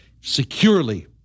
securely